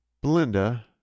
Belinda